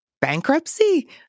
bankruptcy